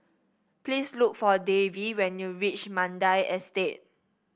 please look for Davy when you reach Mandai Estate